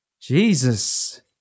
Jesus